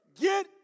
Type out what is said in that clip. Get